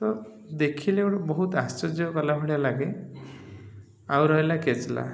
ତ ଦେଖିଲେ ଗୋଟେ ବହୁତ ଆଶ୍ଚର୍ଯ୍ୟ କଲା ଭଳିଆ ଲାଗେ ଆଉ ରହିଲା କେଚଲା